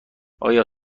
آیا